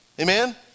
Amen